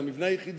זה המבנה היחיד